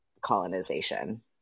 colonization